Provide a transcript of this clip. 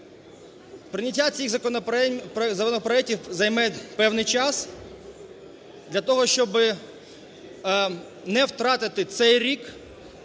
Прийняття цих законопроектів займе певний час. Для того, щоб не втратити цей рік,